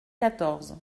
quatorze